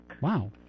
Wow